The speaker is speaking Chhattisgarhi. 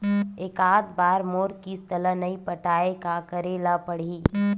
एकात बार मोर किस्त ला नई पटाय का करे ला पड़ही?